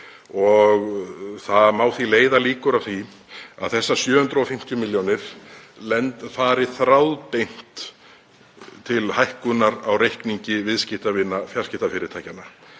og það má því leiða líkur að því að þessar 750 milljónir fari þráðbeint til hækkunar á reikningi viðskiptavina fjarskiptafyrirtækjanna.